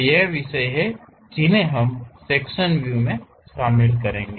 ये विषय हैं जिन्हें हम सेक्शन व्यू में शामिल करेंगे